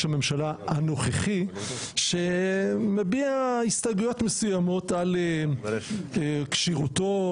הממשלה הנוכחי שמביע הסתייגויות מסוימות על כשירותו,